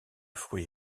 fruit